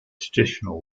traditional